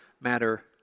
matter